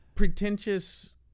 pretentious